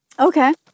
Okay